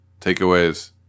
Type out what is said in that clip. takeaways